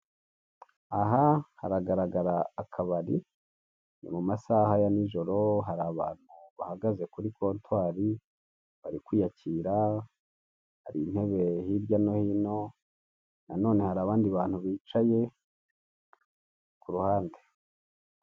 Aha haragaragara akabari mu masaha ya nijoro, hari abantu bahagaze kuri kontwari bari kwiyakira, hari intebe hirya no hino na none hari abandi bantu bicaye ku ruhande.